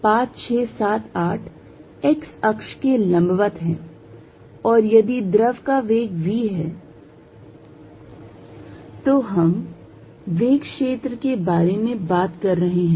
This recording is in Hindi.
5 6 7 8 x अक्ष के लंबवत है और यदि द्रव का वेग v है तो हम वेग क्षेत्र के बारे में बात कर रहे हैं